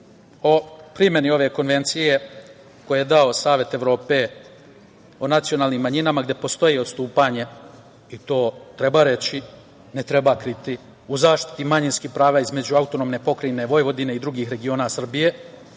o primeni ove Konvencije, koje je dao Savet Evrope o nacionalnim manjinama, gde postoji odstupanje, i to treba reći, ne treba kriti, u zaštiti manjinskih prava između AP Vojvodine i drugih regiona Srbije